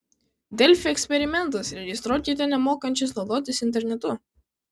delfi eksperimentas registruokite nemokančius naudotis internetu